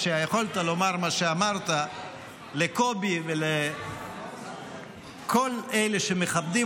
כשיכולת לומר מה שאמרת לקובי ולכל אלה שמכבדים